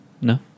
no